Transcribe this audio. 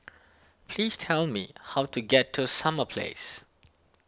please tell me how to get to Summer Place